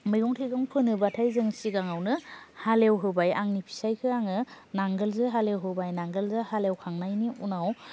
मैगं थाइगं फोनोबाथाय जों सिगांआवनो हालेवहोबाय आंनि फिसायखौ आङो नांगालजों हालेवहोबाय नांगालजों हालेवहोखांनायनि उनाव